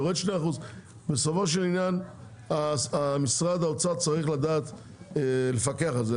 יורד 2%. בסופו של עניין משרד האוצר צריך לדעת לפקח על זה.